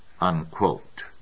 unquote